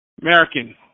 American